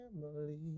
family